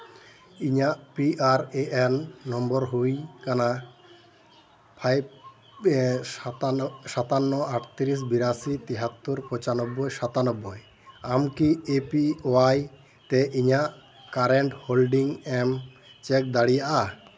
ᱤᱧᱟᱹᱜ P R A N number ᱦᱩᱭᱩᱜ ᱠᱟᱱᱟ ᱯᱷᱟᱭᱤᱵᱷ ᱥᱟᱛᱟᱱᱱᱚ ᱟᱴᱷᱟᱱᱱᱚ ᱵᱚᱛᱛᱨᱤᱥ ᱵᱤᱨᱟᱥᱤ ᱛᱮᱦᱟᱛᱛᱚᱨ ᱯᱚᱪᱟᱱᱚᱵᱵᱳᱭ ᱥᱟᱛᱟᱱᱚᱵᱵᱳᱭ ᱟᱢ ᱠᱤ ᱮ ᱯᱤ ᱚᱣᱟᱭ ᱛᱮ ᱤᱧᱟᱹᱜ ᱠᱟᱨᱮᱱᱴ ᱦᱳᱞᱰᱤᱝ ᱮᱢ ᱪᱮᱠ ᱫᱟᱲᱮᱭᱟᱜᱼᱟ